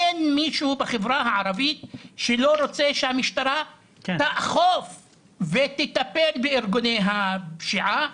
אין מישהו בחברה הערבית שלא רוצה שהמשטרה תאכוף ותטפל בארגוני הפשיעה,